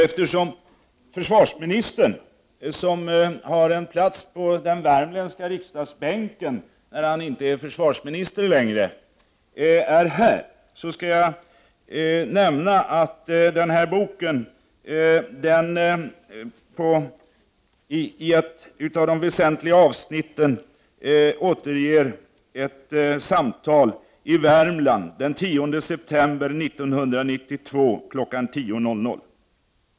Eftersom försvarsministern, som har en plats på den värmländska riksdagsbänken när han inte är försvarsminister längre, är här, skall jag nämna att ett av de väsentliga avsnitten i boken återger ett samtal i Värmland den 10 september 1992 kl. 10.00.